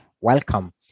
Welcome